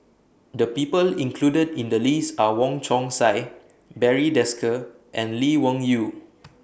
The People included in The list Are Wong Chong Sai Barry Desker and Lee Wung Yew